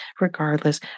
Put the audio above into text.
regardless